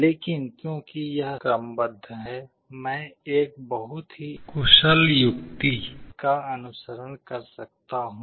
लेकिन क्योंकि यह क्रमबद्ध है मैं एक बहुत ही कुशल युक्ति का अनुसरण कर सकता हूं